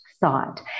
thought